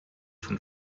von